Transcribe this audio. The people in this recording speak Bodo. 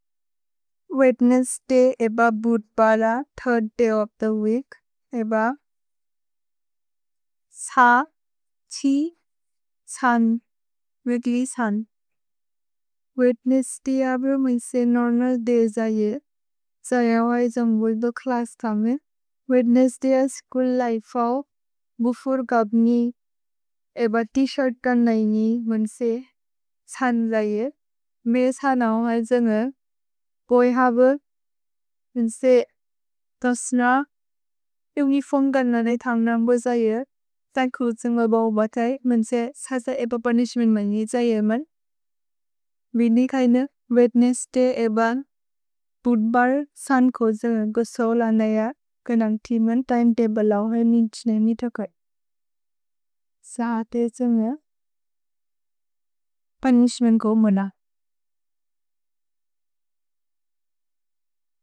वेद्नेस्स् दय् एब football, third day of the week. एब स, छि, सन्, वीक्ल्य् सन्। वेद्नेस्स् दय् अबे मुन्से नोर्मल् दय् जये। जये वजम् बोल्दो क्लस् थमे। वेद्नेस्स् दय् अ स्छूल् लिफे औ। भुफुर् गब्नि। एब त्-शिर्त् कन् नैनि मुन्से सन् जये। मेसे हनौ हल् जने। भोइ हबु। मुन्से दोस्न। युन्गि फुन्गन् नने थन्ग् नम्बो जये। तन्कु जने बओबतय्। मुन्से सस एब पुनिश्मेन्त् मनि जये मन्। भिनि कैन वेद्नेस्स् दय् एब बूत्बल, सन् को जने गोसोल नय। कनन्ग्ति मन् तिमेतब्ले लौ हल् निजेने मितकोय्। साते जमे पुनिश्मेन्त् को मुन।